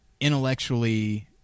intellectually